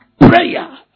Prayer